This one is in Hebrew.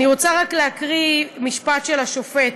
אני רוצה רק להקריא משפט של השופט: